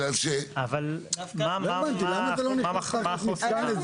אבל מה החוסר כאן?